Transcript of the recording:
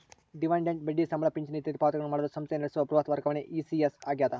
dividend ಬಡ್ಡಿ ಸಂಬಳ ಪಿಂಚಣಿ ಇತ್ಯಾದಿ ಪಾವತಿಗಳನ್ನು ಮಾಡಲು ಸಂಸ್ಥೆ ನಡೆಸುವ ಬೃಹತ್ ವರ್ಗಾವಣೆ ಇ.ಸಿ.ಎಸ್ ಆಗ್ಯದ